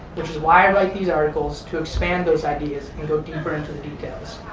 which is why i write these articles to expand those ideas and go deeper into the details.